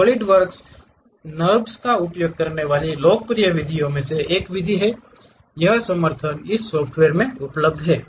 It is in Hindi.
सॉलिडवर्क्स NURBS का उपयोग करने वाली लोकप्रिय विधि में से एक है यह समर्थन इस सॉफ्टवेर मे उपलब्ध है